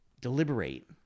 deliberate